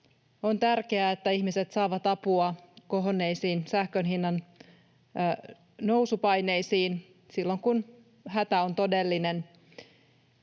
On tärkeää, että ihmiset saavat apua kohonneisiin sähkön hinnan nousupaineisiin silloin, kun hätä on todellinen.